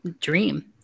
dream